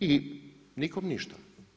I nikom ništa.